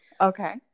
Okay